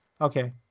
Okay